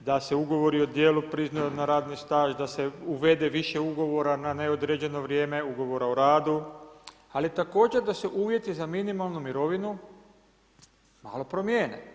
da se ugovori o dijelu priznaju na radni staž, da se uvede više ugovora na neodređeno vrijeme, ugovora o radu, ali također da se uvjeti za minimalnu mirovinu malo promijene.